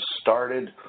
started